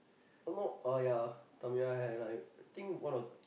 oh no uh ya Tamiya I have like I think one or two